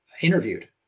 interviewed